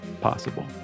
possible